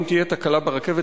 אם תהיה תקלה ברכבת,